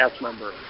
member